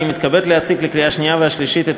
אני מתכבד להציג לקריאה השנייה והשלישית את